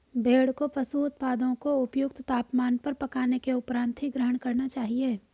भेड़ को पशु उत्पादों को उपयुक्त तापमान पर पकाने के उपरांत ही ग्रहण करना चाहिए